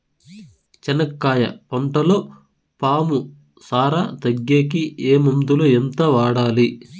చెనక్కాయ పంటలో పాము సార తగ్గేకి ఏ మందులు? ఎంత వాడాలి?